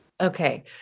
Okay